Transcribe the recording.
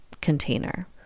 container